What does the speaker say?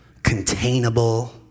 containable